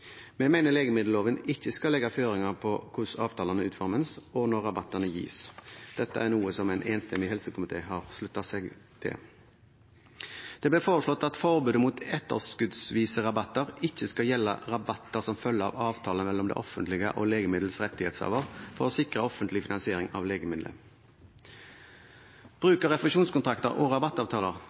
Vi mener legemiddelloven ikke skal legge føringer på hvordan avtalene utformes, og når rabattene gis. Dette er noe som en enstemmig helsekomité har sluttet seg til. Det blir foreslått at forbudet mot etterskuddsvise rabatter ikke skal gjelde rabatter som følge av avtaler mellom det offentlige og legemidlets rettighetshaver for å sikre offentlig finansiering av legemidlet. Bruk av refusjonskontrakter og rabattavtaler